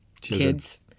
kids